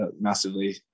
massively